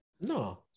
No